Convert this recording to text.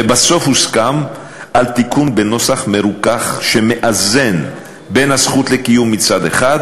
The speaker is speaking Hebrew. לבסוף הוסכם על תיקון בנוסח מרוכך שמאזן בין הזכות לקיום מצד אחד